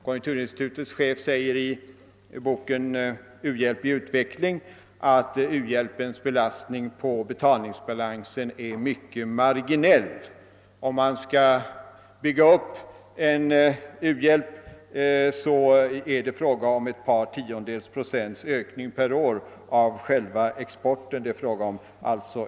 Konjunkturinstitutets chef säger i boken »U-hjälp i utveckling» att u-hjälpens belastning på betalningsbalansen är mycket marginell; om man skall bygga upp en u-hjälp är det bara fråga om ett par tiondels procents ökning per år av exporten. Herr talman!